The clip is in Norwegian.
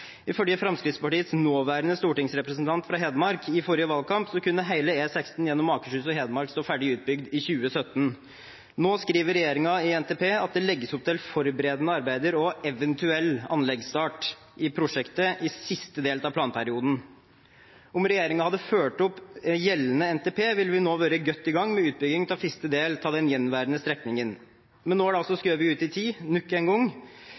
Ifølge Fremskrittspartiets nåværende stortingsrepresentant fra Hedmark i forrige valgkamp kunne hele E16 gjennom Akershus og Hedmark stå ferdig utbygd i 2017. Nå skriver regjeringen i NTP at det legges opp til forberedende arbeider og eventuell anleggsstart i prosjektet i siste del av planperioden. Om regjeringen hadde fulgt opp gjeldende NTP, ville vi nå vært godt i gang med utbygging av første del av den gjenværende strekningen, men nå er det altså skjøvet ut i tid nok en gang.